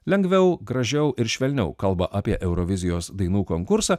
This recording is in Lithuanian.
lengviau gražiau ir švelniau kalba apie eurovizijos dainų konkursą